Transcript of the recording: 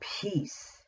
peace